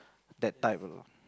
that type